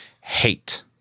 hate